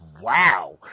wow